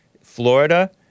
Florida